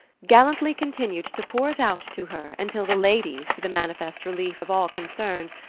gallantly continued to pour it out to her until the ladies, to the manifest relief of all concerned,